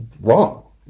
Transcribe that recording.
wrong